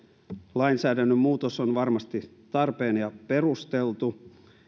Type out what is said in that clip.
lainsäädännön muutos on varmasti tarpeen ja perusteltu